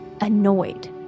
annoyed